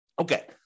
Okay